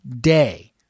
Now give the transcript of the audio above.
day